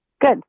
Good